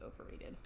overrated